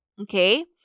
okay